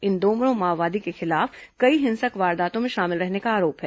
इन दोनों माओवादी के खिलाफ कई हिंसक वारदातों में शामिल रहने का आरोप है